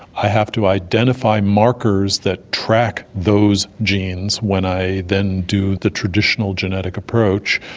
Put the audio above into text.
i have to identify markers that track those genes when i then do the traditional genetic approach,